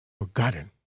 Forgotten